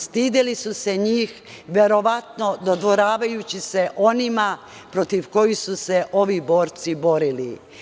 Stideli su se njih, verovatno dodvoravajući se onima protiv kojih su se ovih borci borili.